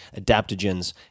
adaptogens